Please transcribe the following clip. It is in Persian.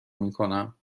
میکنم